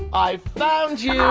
i found you.